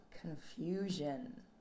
confusion